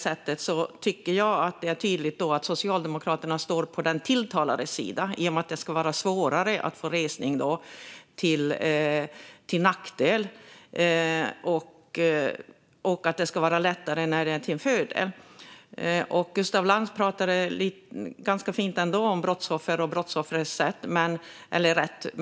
Jag tycker att det är tydligt att Socialdemokraterna står på den tilltalades sida, i och med att det ska vara svårare att få resning när det är till nackdel och lättare när det är till fördel för den tilltalade. Gustaf Lantz pratade ändå ganska fint om brottsoffer och brottsoffers rätt.